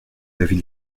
l’avis